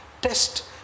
test